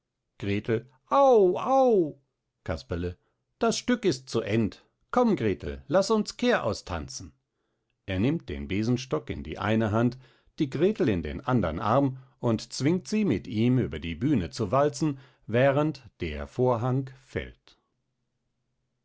au au casperle das stück ist zu end komm gretl laß uns kehraus tanzen er nimmt den besenstock in die eine hand die gretl in den andern arm und zwingt sie mit ihm über die bühne zu walzen während der vorhang fällt